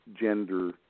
gender